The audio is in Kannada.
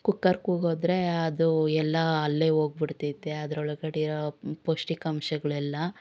ಕುಕ್ಕರ್ ಕೂಗಿದ್ರೆ ಅದು ಎಲ್ಲ ಅಲ್ಲೇ ಹೋಗ್ಬಿಡ್ತೈತೆ ಅದರೊಳಗಡೆ ಇರೋ ಪೌಷ್ಟಿಕಾಂಶಗಳೆಲ್ಲ